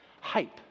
hype